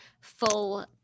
full